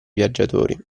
viaggiatori